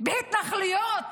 בהתנחלויות